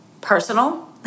personal